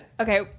Okay